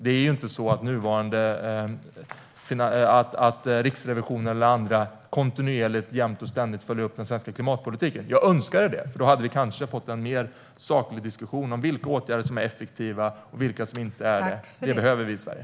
Det är inte så att Riksrevisionen eller andra jämt och ständigt följer upp den svenska klimatpolitiken. Jag önskar att det vore så, för då hade vi kanske fått en mer saklig diskussion om vilka åtgärder som är effektiva och vilka som inte är det. Det behöver vi i Sverige.